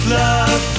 love